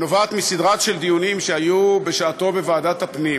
נובעת מסדרה של דיונים שהיו בשעתם בוועדת הפנים